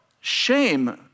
shame